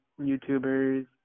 youtubers